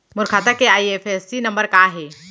मोर खाता के IFSC number का हे?